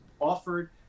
offered